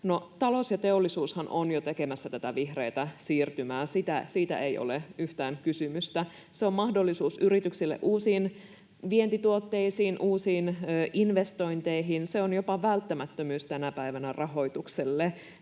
talous ja teollisuushan ovat jo tekemässä tätä vihreää siirtymää. Siitä ei ole yhtä kysymystä. Se on mahdollisuus yrityksille uusiin vientituotteisiin, uusiin investointeihin. Se on jopa välttämättömyys tänä päivänä rahoitukselle.